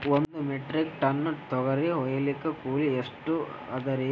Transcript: ಒಂದ್ metric ton ತೊಗರಿ ಹೋಯಿಲಿಕ್ಕ ಕೂಲಿ ಎಷ್ಟ ಅದರೀ?